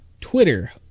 Twitter